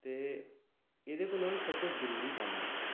ते एह्दे कोला सब थमां जरूरी कम्म ऐ